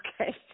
Okay